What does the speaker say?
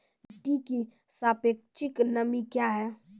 मिटी की सापेक्षिक नमी कया हैं?